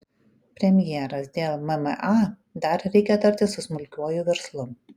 premjeras dėl mma dar reikia tartis su smulkiuoju verslu